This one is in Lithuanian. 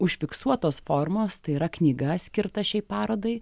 užfiksuotos formos tai yra knyga skirta šiai parodai